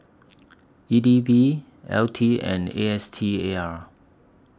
E D B L T and A S T A R